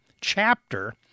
chapter